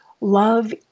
love